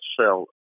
sell